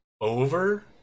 over